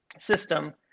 system